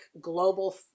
global